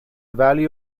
value